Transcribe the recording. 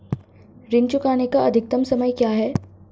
ऋण चुकाने का अधिकतम समय क्या है?